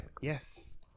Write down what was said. Yes